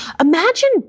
imagine